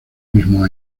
mismo